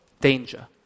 danger